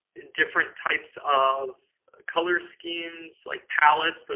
and different types of color schemes, like palettes. so,